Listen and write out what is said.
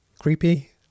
creepy